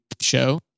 show